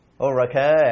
Okay